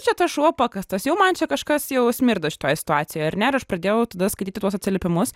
čia tas šuo pakastas jau man čia kažkas jau smirda šitoj situacijoj ar ne ir aš pradėjau tada skaityti tuos atsiliepimus